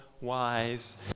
wise